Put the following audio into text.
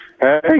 Hey